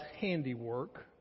handiwork